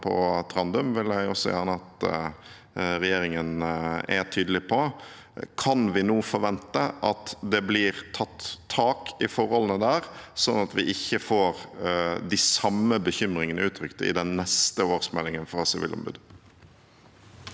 på Trandum, vil jeg også gjerne at regjeringen er tydelig på. Kan vi nå forvente at det blir tatt tak i forholdene der, sånn at vi ikke får de samme bekymringene uttrykt i den neste årsmeldingen fra Sivilombudet?